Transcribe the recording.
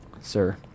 sir